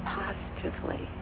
positively